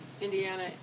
Indiana